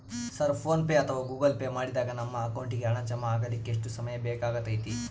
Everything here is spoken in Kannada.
ಸರ್ ಫೋನ್ ಪೆ ಅಥವಾ ಗೂಗಲ್ ಪೆ ಮಾಡಿದಾಗ ನಮ್ಮ ಅಕೌಂಟಿಗೆ ಹಣ ಜಮಾ ಆಗಲಿಕ್ಕೆ ಎಷ್ಟು ಸಮಯ ಬೇಕಾಗತೈತಿ?